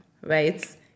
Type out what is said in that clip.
right